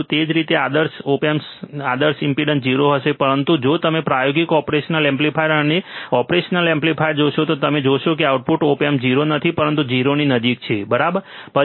તે જ રીતે એક આદર્શ ઓપ એમ્પ માટે આઉટપુટ ઇમ્પેડન્સ 0 હશે પરંતુ જો તમે પ્રાયોગિક ઓપરેશન એમ્પ્લીફાયર આ ઓપરેશન એમ્પ્લીફાયરમાં જોશો તો તમે જોશો કે આઉટપુટ ઓપ એમ્પ 0 નથી પરંતુ 0 ની નજીક છે બરાબર